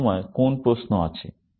এই সময়ে কোন প্রশ্ন আছে